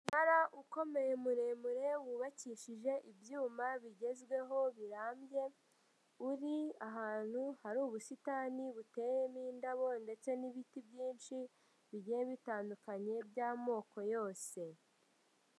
Umunara ukomeye muremure, wubakishije ibyuma bigezweho birambye, uri ahantu hari ubusitani buteyemo indabo ndetse n'ibiti byinshi, bigiye bitandukanye by'amoko yose.